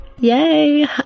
Yay